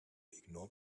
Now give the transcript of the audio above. ignore